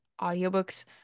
audiobooks